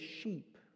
sheep